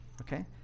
Okay